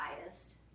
biased